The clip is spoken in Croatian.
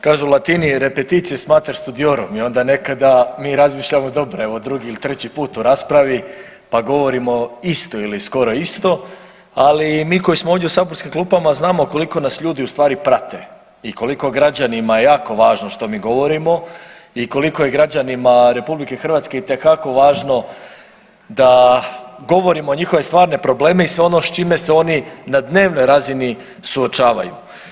Kažu Latini „repetito est mater studiorum“ i onda mi nekada mi razmišljamo dobro, evo drugi ili treći put u raspravi pa govorimo isto ili skoro isto ali mi koji smo ovdje u saborskim klupama znamo koliko nas ljudi u stvari prate i koliko je građanima jako važno što mi govorimo i koliko je građanima Republike Hrvatske itekako važno da govorimo njihove stvarne probleme i sve ono s čime se oni na dnevnoj razini suočavaju.